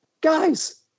guys